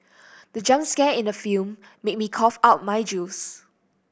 the jump scare in the film made me cough out my juice